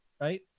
right